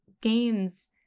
games